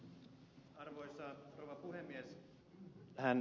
tähän ed